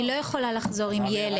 היא לא חוזרת לארץ עם ילד,